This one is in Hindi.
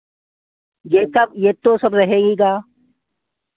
ये सब ये तो सब रहे ही गा